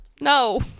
No